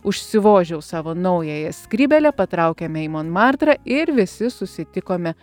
užsivožiau savo naująją skrybėlę patraukėme į monmartrą ir visi susitikome